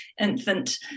infant